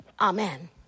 amen